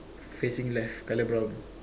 facing left colour brown